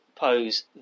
pose